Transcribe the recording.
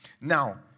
Now